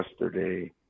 yesterday